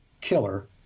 killer